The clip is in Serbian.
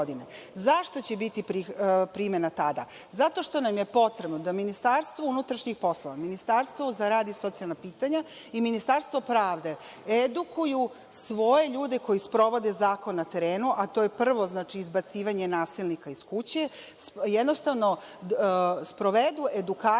Zašto će biti primena tada? Zato što nam je potrebno da MUP, Ministarstvo za rad i socijalna pitanja i Ministarstvo pravde edukuju svoje ljude koji sprovode zakon na terenu, a to je prvo izbacivanje nasilnika iz kuće, da jednostavno sprovedu edukaciju